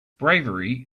bravery